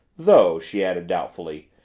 though, she added doubtfully,